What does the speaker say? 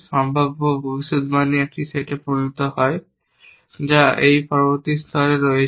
সম্ভাব্য ভবিষ্যদ্বাণী একটি সেটে পরিণত হয় যা এই পরবর্তী স্তরে রয়েছে